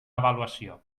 avaluació